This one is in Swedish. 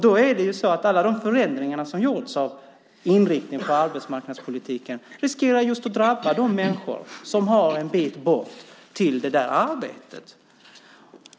Då är det så att alla de förändringar som gjorts av inriktningen på arbetsmarknadspolitiken riskerar att drabba just de människor som har en bit kvar till det där arbetet.